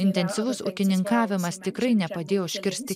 intensyvus ūkininkavimas tikrai nepadėjo užkirsti